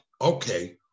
okay